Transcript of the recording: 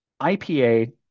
IPA